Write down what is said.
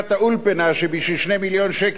שבשביל 2 מיליון שקל הסכמת לפרק.